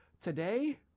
Today